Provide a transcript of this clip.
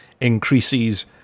increases